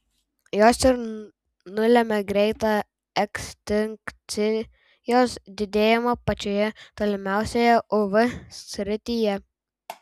jos ir nulemia greitą ekstinkcijos didėjimą pačioje tolimiausioje uv srityje